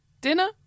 dinner